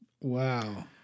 Wow